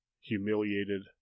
humiliated